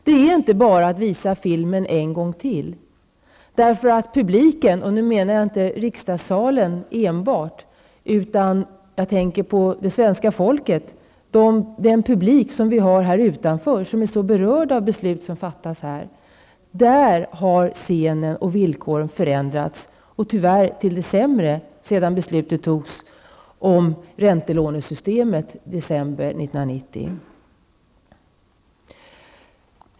Det är inte bara att visa filmen en gång till, därför att publikens -- då menar jag inte enbart plenissalen, utan jag tänker på det svenska folket, den publik som vi har utanför och som är så berörd av beslut som fattas här -- scen och villkor har förändrats, och tyvärr till det sämre sedan beslutet om räntelånesystemet fattades i december 1990.